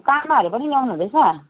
तामाहरू पनि ल्याउनुहुँदैछ